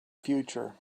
future